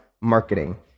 marketing